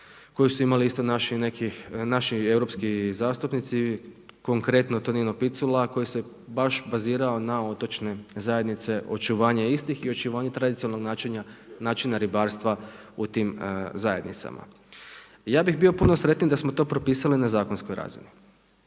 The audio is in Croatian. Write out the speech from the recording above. koji su imali isto naši neki europski zastupnici, konkretno Tonino Picula, koji se baš bazirao na otočne zajednice, očuvanje istih i očuvanje tradicionalnog načina ribarstva u tim zajednicama. Ja bih bio puno sretniji da samo to propisali na zakonskoj razini,